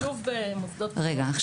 שילוב במוסדות --- רגע.